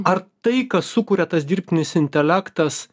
ar tai ką sukuria tas dirbtinis intelektas